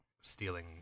stealing